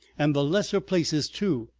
and the lesser places, too,